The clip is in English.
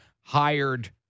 hired